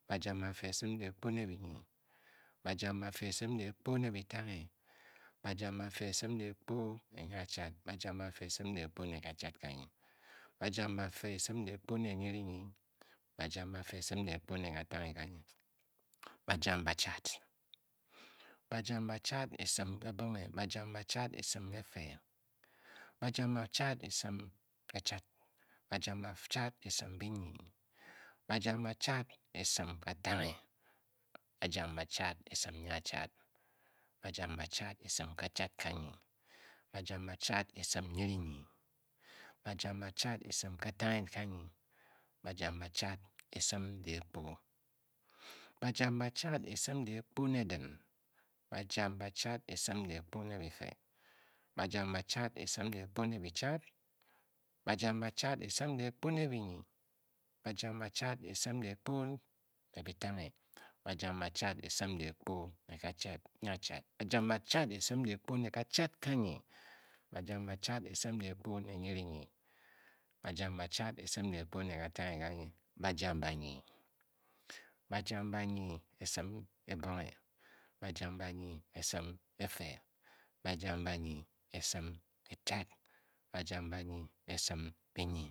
Bajam bafe esim dehkpo ne bhanyi. Bajam bafe esim dehkpo ne batsnghe. Bajam bafe esim dehkpo ne nyachad. Bajam bafe esim dehkpo ne kachad yanyi. Bajam bafe esim dehkpo ne nyirinyi. Bajam bafe esim dehkpo ne katanghe ganyi. Bajam bachad. Bajam bachad esim kabonghe. Bajam bachad esim bife. Bajam bachad bachad esim bichad. bajam bachad esim binyi. bajam bachad esim bitanghe. bajam bachad esim nyachad. bajam bachad esim kachad kanyi. bajam bachad esim nyirinyi. bajam bachad esim katanghe ga nyi. bajam bachad esim dehkpo. bajam bachad esim dehkpo ne du. bajam bachad esim dehkpo ne bife. bajam bachad esim dehkpo ne bichad. bajam bachad esim dehkpo ne binyi. bajam bachad esim dehkpo ne bitanghe. bajam bachad esim dehkpo ne nyachad. bajam bachad esim dehkpo ne kachad ganyi. bajam bachad esim dehkpo ne nyirinyi. bajam bachad esim dehkpo ne katanghe ganyi. bayam banyi. bajam banyi esim ebonghe. bajam banyi esim efe. bayam banyi esim echad. bajam banyi esim enyi